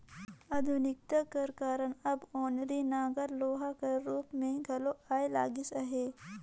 आधुनिकता कर कारन अब ओनारी नांगर लोहा कर रूप मे घलो आए लगिस अहे